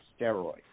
steroids